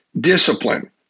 discipline